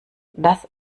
das